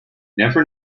never